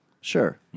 Sure